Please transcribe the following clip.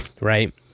right